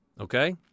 Okay